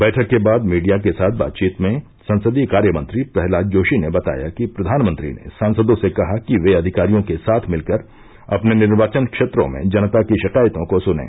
बैठक के बाद मीडिया के साथ बातचीत में संसदीय कार्य मंत्री प्रहलाद जोशी ने बताया कि प्रधानमंत्री ने सांसदों से कहा कि वे अधिकारियों के साथ मिलकर अपने निर्वाचन क्षेत्रों में जनता की शिकायतों को सुनें